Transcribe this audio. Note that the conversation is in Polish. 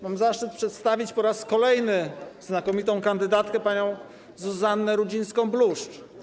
Mam zaszczyt przedstawić po raz kolejny znakomitą kandydatkę panią Zuzannę Rudzińską-Bluszcz.